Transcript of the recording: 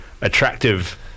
attractive